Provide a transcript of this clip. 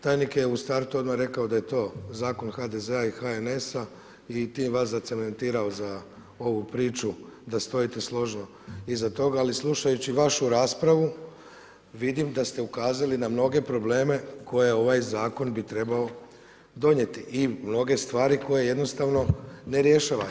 Tajnik je u startu odmah rekao da je to zakon HDZ-a i HNS-a i tim vas zacementirao za ovu priču da stojite složno iza toga ali slušajući vašu raspravu, vidim da ste ukazali na mnoge probleme koje ovaj zakon bi trebao donijeti i mnoge stvari koje jednostavno ne rješavaju.